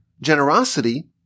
generosity